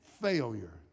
failure